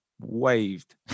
waved